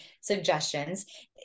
suggestions